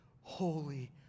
holy